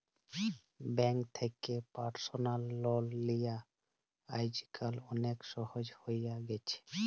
bank থ্যাকে personal লল লিয়া আইজকাল অলেক সহজ হ্যঁয়ে গেছে